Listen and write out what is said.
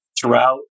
throughout